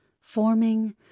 forming